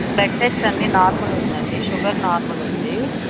blood test అన్నీ normal ఉందండి sugar normal ఉంది